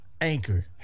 anchor